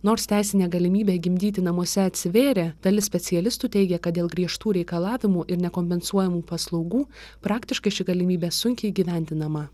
nors teisinė galimybė gimdyti namuose atsivėrė dalis specialistų teigia kad dėl griežtų reikalavimų ir nekompensuojamų paslaugų praktiškai ši galimybė sunkiai įgyvendinama